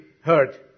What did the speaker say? heard